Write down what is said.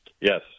Yes